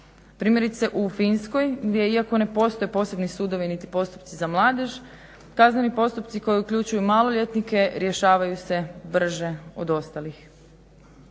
Primjerice u Finskoj gdje iako ne postoje posebni sudovi niti postupci za mladež kazneni postupci koji uključuju maloljetnike rješavaju se brže od ostalih.